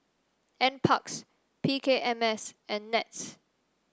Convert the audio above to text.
NParks P K M S and NETS